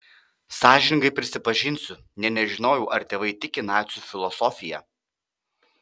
sąžiningai prisipažinsiu nė nežinojau ar tėvai tiki nacių filosofija